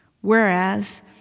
Whereas